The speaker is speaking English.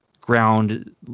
ground